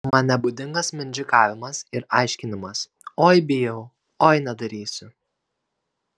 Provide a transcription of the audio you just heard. man nebūdingas mindžikavimas ir aiškinimas oi bijau oi nedarysiu